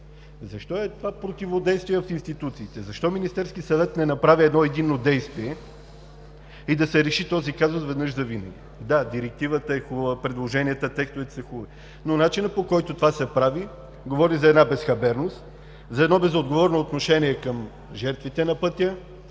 Защо е това противодействие в институциите? Защо Министерският съвет не направи едно единно действие и да се реши този казус веднъж завинаги? Да, Директивата е хубава, предложенията, текстовете са хубави, но начинът, по който това се прави, говори за една безхаберност, за безотговорно отношение към жертвите на пътя.